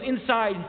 inside